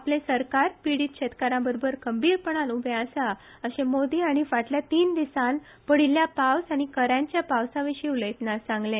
आपले सरकार पीडीत शेतकारांबरोबर खंबीरपणान उभे आसा अशें मोदी हांणी फाटल्या तीन दिसांत पडिल्ल्या पावस आनी कऱ्यांच्या पावसाविशी उलयतना सांगले